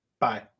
bye